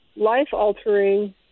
Life-altering